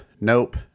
nope